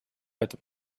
этом